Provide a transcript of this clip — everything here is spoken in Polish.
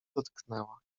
dotknęła